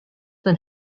than